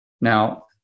Now